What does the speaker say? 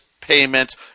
payments